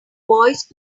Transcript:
voice